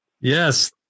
yes